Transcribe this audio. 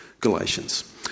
Galatians